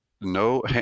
no